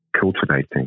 cultivating